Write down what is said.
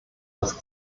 dass